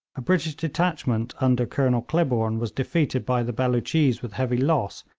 a british detachment under colonel clibborn, was defeated by the beloochees with heavy loss,